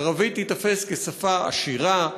ערבית תיתפס כשפה עשירה,